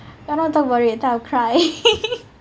I don't want to talk about it later I'll cry